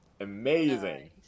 Amazing